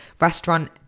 restaurant